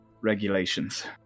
regulations